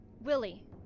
Willie